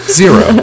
zero